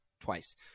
twice